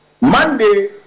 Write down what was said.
Monday